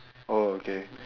oh okay